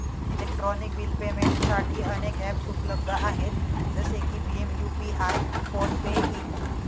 electronic bill पेमेंटसाठी अनेक ॲप्सउपलब्ध आहेत जसे की भीम यू.पि.आय फोन पे इ